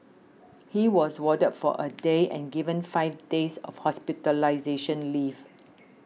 he was warded for a day and given five days of hospitalisation leave